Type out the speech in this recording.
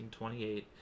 1928